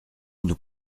nous